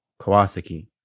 Kawasaki